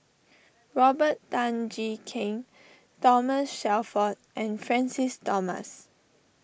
Robert Tan Jee Keng Thomas Shelford and Francis Thomas